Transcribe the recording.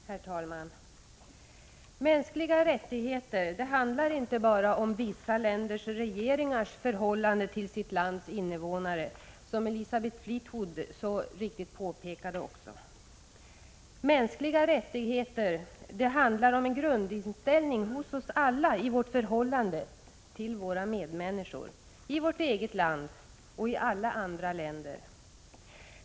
Herr talman! Mänskliga rättigheter handlar inte bara om vissa länders regeringars förhållande till sitt lands invånare, som Elisabeth Fleetwood så riktigt påpekade. Mänskliga rättigheter handlar om en grundinställning hos oss alla i vårt förhållande till våra medmänniskor — i vårt eget land och i alla andra länder.